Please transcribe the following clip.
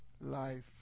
life